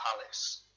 Palace